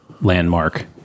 landmark